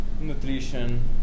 nutrition